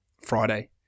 Friday